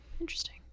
Interesting